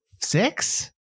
six